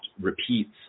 repeats